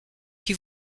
qui